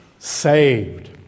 saved